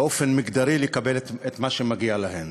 באופן מגדרי, לקבל את מה שמגיע להן.